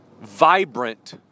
vibrant